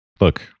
look